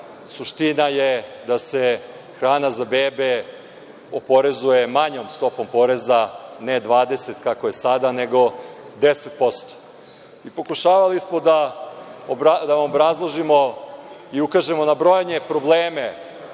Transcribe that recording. suština je da se hrana za bebe oporezuje manjom stopom poreza, ne 20 kako je sada, nego 10%.Pokušavali smo da vam obrazložimo i ukažemo na brojne probleme